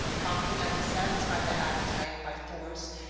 prompted them to satisfy that appetite by force,